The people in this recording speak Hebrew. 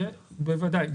בוודאי.